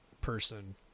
person